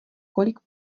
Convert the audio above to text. kolik